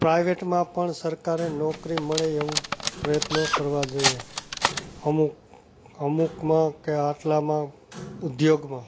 પ્રાઇવેટમાં પણ સરકારે નોકરી મળે એવું પ્રયત્નો કરવા જોઈએ અમુક અમુકમાં કે આટલામાં ઉદ્યોગમાં